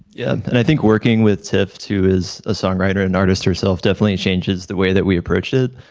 yeah and i think working with tiff too is a songwriter and an artist herself definitely changes the way that we approached it.